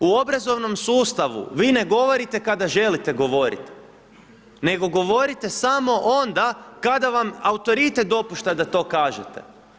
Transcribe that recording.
U obrazovnom sustavu, vi ne govorite kada želite govoriti, nego govorite samo onda kada vam autoritet dopušta da to kažete.